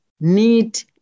need